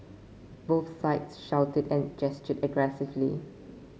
both sides shouted and gestured aggressively